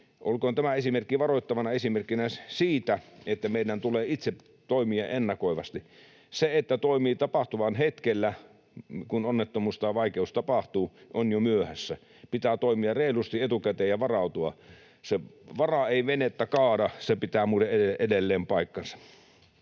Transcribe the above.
Olkoon tämä esimerkki varoittavana esimerkkinä siitä, että meidän tulee itse toimia ennakoivasti. Jos toimii tapahtuman hetkellä, kun onnettomuus tai vaikeus tapahtuu, on jo myöhässä. Pitää toimia reilusti etukäteen ja varautua. Se ”vara ei venettä kaada” pitää muuten edelleen paikkansa.